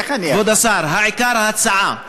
כבוד השר, העיקר ההצעה.